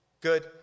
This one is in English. Good